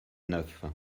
neuf